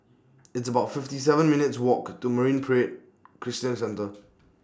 It's about fifty seven minutes' Walk to Marine Parade Christian Centre